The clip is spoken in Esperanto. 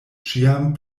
ĉiam